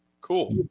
cool